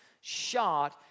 shot